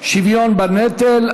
שוויון בנטל),